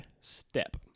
step